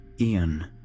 Ian